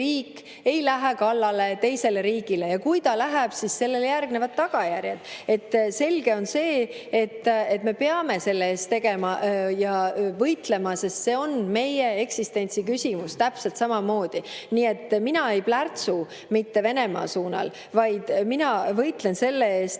riik ei lähe kallale teisele riigile ja kui ta läheb, siis sellele järgnevad tagajärjed. Selge on see, et me peame selle eest võitlema, sest see on meie eksistentsi küsimus täpselt samamoodi. Nii et mina ei plärtsu Venemaa suunas, vaid mina võitlen selle